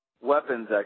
weapons